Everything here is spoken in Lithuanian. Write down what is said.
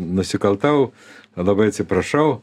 nusikaltau labai atsiprašau